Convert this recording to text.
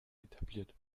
etabliert